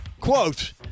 quote